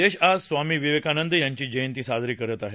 देश आज स्वामी विवेकानंद यांची जयंती साजरी करत आहे